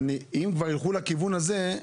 אבל אם ילכו לכיוון הזה,